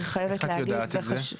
איך את יודעת את זה?